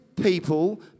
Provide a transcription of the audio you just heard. people